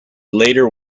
later